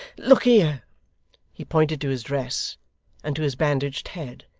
look here he pointed to his dress and to his bandaged head,